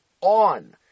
on